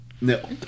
No